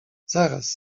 zaraz